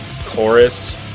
chorus